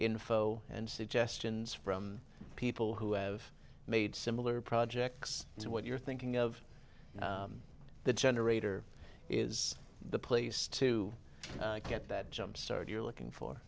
info and suggestions from people who have made similar projects what you're thinking of the generator is the place to get that jump start you're looking for